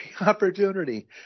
opportunity